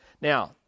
Now